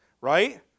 Right